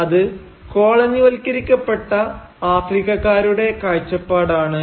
അത് കോളനിവൽക്കരിക്കപ്പെട്ട ആഫ്രിക്കക്കാരുടെ കാഴ്ചപ്പാടാണ്